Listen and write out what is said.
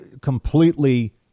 completely